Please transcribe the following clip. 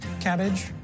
cabbage